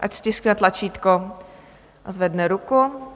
Ať stiskne tlačítko a zvedne ruku.